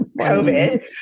COVID